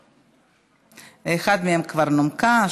אחת מהן כבר נומקה,